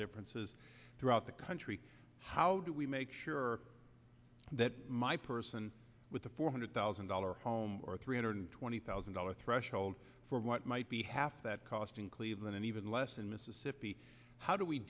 differences throughout the country how do we make sure that my person with the four hundred thousand dollar home or three hundred twenty thousand dollars threshold for what might be half that cost in cleveland and even less in mississippi how do we